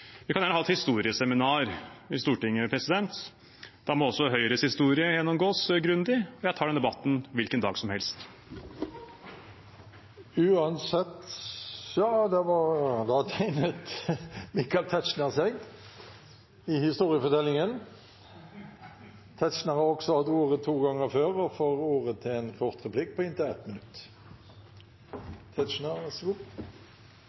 Vi kan gjerne ha et historieseminar i Stortinget. Da må også Høyres historie gjennomgås grundig. Jeg tar den debatten hvilken dag som helst. Representanten Michael Tetzschner har også hatt ordet to ganger tidligere i debatten og får ordet til en kort merknad, begrenset til 1 minutt.